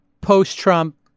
post-Trump